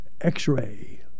X-Ray